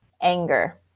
anger